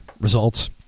results